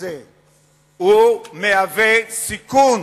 הזה מהווה סיכון